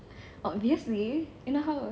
obviously you know how